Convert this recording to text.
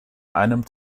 einem